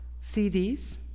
CDs